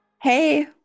Hey